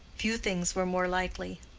few things were more likely.